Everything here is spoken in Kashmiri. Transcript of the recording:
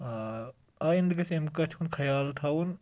آیندٕ گژھِ اَمہِ کتھِ ہُنٛد خیال تھَوُن